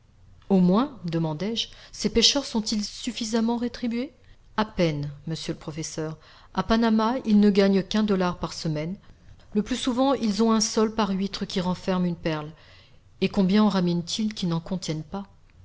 au moins demandai-je ces pêcheurs sont-ils suffisamment rétribués a peine monsieur le professeur a panama ils ne gagnent qu'un dollar par semaine le plus souvent ils ont un sol par huître qui renferme une perle et combien en ramènent ils qui n'en contiennent pas